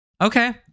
okay